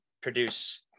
produce